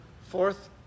fourth